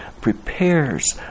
prepares